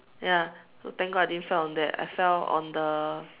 ya so thank God I didn't fell on that I fell on the